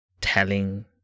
telling